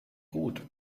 gut